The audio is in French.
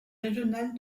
régional